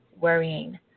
worrying